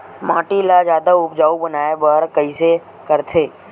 माटी ला जादा उपजाऊ बनाय बर कइसे करथे?